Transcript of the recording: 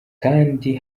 kandi